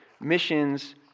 Missions